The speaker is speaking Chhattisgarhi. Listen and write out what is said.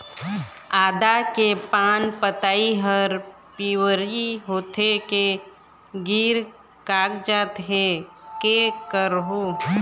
आदा के पान पतई हर पिवरी होथे के गिर कागजात हे, कै करहूं?